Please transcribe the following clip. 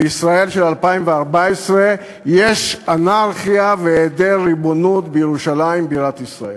בישראל של 2014 יש אנרכיה והיעדר ריבונות בירושלים מדינת ישראל.